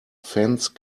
fence